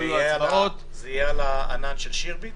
זה יהיה על הענן של השירביט?